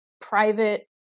private